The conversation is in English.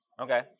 Okay